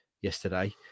yesterday